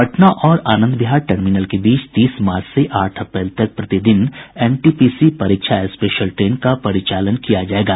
पटना और आनंद विहार टर्मिनल के बीच तीस मार्च से आठ अप्रैल तक प्रति दिन एनटीपीसी परीक्षा स्पेशल ट्रेन का परिचालन किया जायेगा